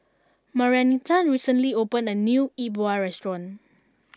Marianita recently opened a new Yi Bua Restaurant